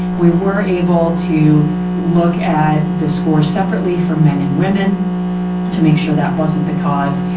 we were able to look at the scores separately for men and women to make sure that wasn't the cause,